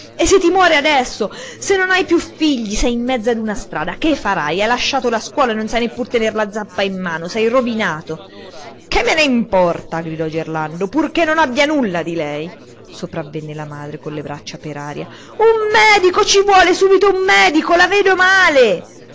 e se ti muore adesso se non hai più figli sei in mezzo a una strada che farai hai lasciato la scuola e non sai neppur tenere la zappa in mano sei rovinato che me ne importa gridò gerlando purché non abbia nulla lei sopravvenne la madre con le braccia per aria un medico ci vuole subito un medico la vedo male